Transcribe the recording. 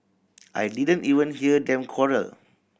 I didn't even hear them quarrel